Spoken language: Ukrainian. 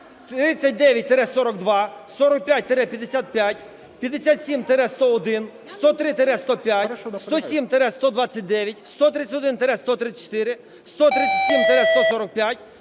39-42, 45-55, 57-101, 103-105, 107-129, 131-134, 137-145,